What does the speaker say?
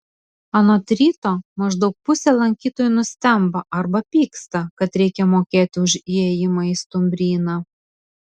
anot ryto maždaug pusė lankytojų nustemba arba pyksta kad reikia mokėti už įėjimą į stumbryną